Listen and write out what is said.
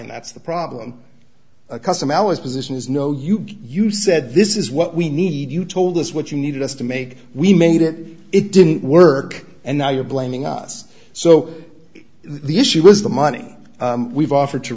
and that's the problem a custom ours position is no you you said this is what we need you told us what you needed us to make we made it it didn't work and now you're blaming us so the issue was the money we've offered to